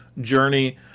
journey